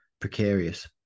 precarious